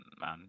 man